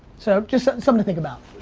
so just something to think about.